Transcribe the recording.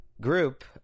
group